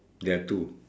there are two